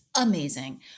amazing